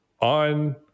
on